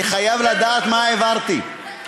אני חייב לדעת מה העברתי.